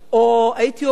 או, הייתי אומרת,